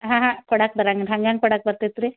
ಹಾಂ ಹಾಂ ಕೊಡಕ್ಕೆ ಬರಂಗಿಂದ ಹಂಗೆ ಹೆಂಗ್ ಕೊಡಕ್ಕೆ ಬರ್ತೈತಿ ರೀ